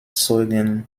zeugen